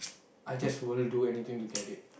I just will do anything to get it